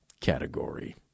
category